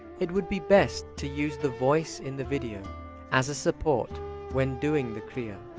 it would be best to use the voice in the video as a support when doing the kriya.